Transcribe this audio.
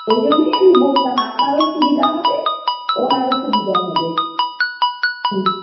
ওই জন্যই আমি বললাম আপনারও সুবিধা হবে ওনারও সুবিধা হবে হু